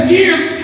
Years